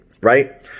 right